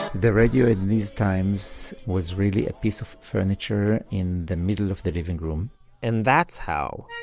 the radio in these times was really a piece of furniture in the middle of the living room and that's how,